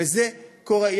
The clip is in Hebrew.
וזה קורה.